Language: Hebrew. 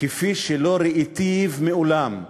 כפי שלא ראיתיו מעולם,